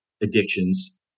addictions